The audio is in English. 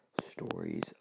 stories